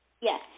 Yes